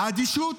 -- האדישות